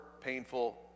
painful